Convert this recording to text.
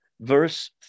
verse